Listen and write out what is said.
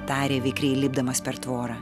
tarė vikriai lipdamas per tvorą